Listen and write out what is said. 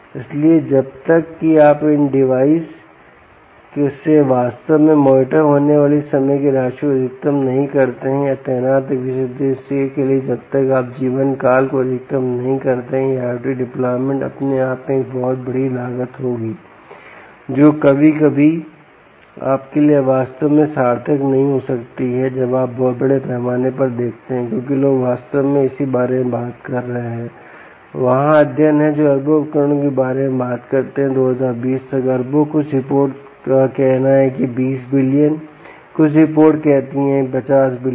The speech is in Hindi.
इसलिए जब तक कि आप इन डिवाइस से वास्तव में मॉनिटर होने वाली समय की राशि को अधिकतम नहीं करते हैं या तैनात एक विशेष उद्देश्य के लिए जब तक आप जीवनकाल को अधिकतम नहीं करते हैं यह IOT डिप्लॉयमेंट अपने आप में एक बड़ा एक बहुत बड़ी लागत होगी जो कभी कभी आपके लिए वास्तव में सार्थक नहीं हो सकती है जब आप बहुत बड़े पैमाने पर देखते हैं क्योंकि लोग वास्तव में इस बारे में बात कर रहे हैं वहाँ अध्ययन हैं जो अरबों उपकरणों के बारे में बात करते हैं 2020 तक अरबों कुछ रिपोर्टों का कहना है कि 20 बिलियन कुछ रिपोर्ट कहती हैं कि 50 बिलियन